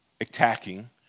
attacking